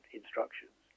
instructions